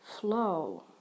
flow